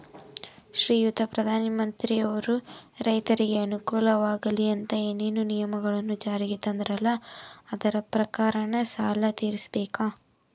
ಶ್ರೀಯುತ ಪ್ರಧಾನಮಂತ್ರಿಯವರು ರೈತರಿಗೆ ಅನುಕೂಲವಾಗಲಿ ಅಂತ ಏನೇನು ನಿಯಮಗಳನ್ನು ಜಾರಿಗೆ ತಂದಾರಲ್ಲ ಅದರ ಪ್ರಕಾರನ ಸಾಲ ತೀರಿಸಬೇಕಾ?